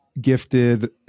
gifted